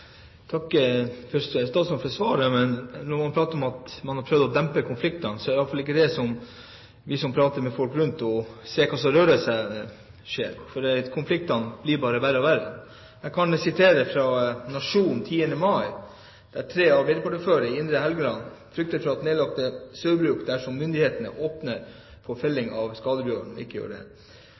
statsråden for svaret. Men når han prater om at man har prøvd å dempe konfliktene, er i alle fall ikke det noe vi som prater med folk rundt om som ser hva som rører seg, ser, for konfliktene blir bare verre og verre. Jeg kan sitere fra Nationen den 10. mai, der tre arbeiderpartiordførere i Indre Helgeland frykter nedlagte sauebruk dersom myndighetene ikke åpner for felling av